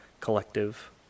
collective